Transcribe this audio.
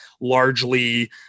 largely